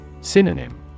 Synonym